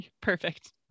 perfect